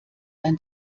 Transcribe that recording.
ein